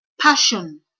passion